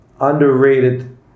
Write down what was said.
underrated